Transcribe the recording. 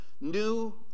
new